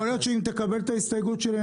יכול להיות שאם תקבל את ההסתייגות שלי,